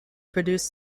produced